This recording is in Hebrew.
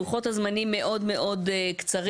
לוחות הזמנים מאוד מאוד קצרים.